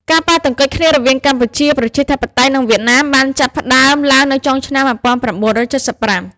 ការប៉ះទង្គិចគ្នារវាងកម្ពុជាប្រជាធិបតេយ្យ និងវៀតណាម បានចាប់ផ្តើមឡើងនៅចុងឆ្នាំ១៩៧៥។